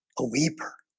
a weeper